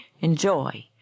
Enjoy